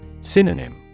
Synonym